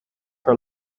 her